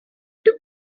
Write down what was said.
dem